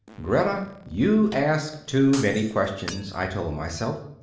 greta, you ask too many questions, i told myself.